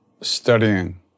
studying